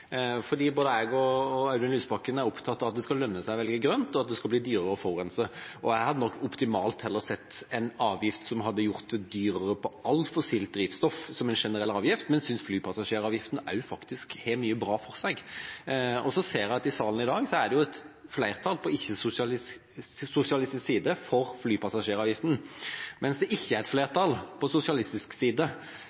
fordi både jeg og Audun Lysbakken er opptatt av at det skal lønne seg å velge grønt, og at det skal bli dyrere å forurense. Optimalt hadde jeg heller sett en generell avgift som hadde gjort alt fossilt drivstoff dyrere, men jeg synes at flypassasjeravgiften også faktisk har mye bra for seg. Jeg ser at det i salen i dag er flertall på ikke-sosialistisk side for flypassasjeravgiften, mens det ikke er flertall på sosialistisk side.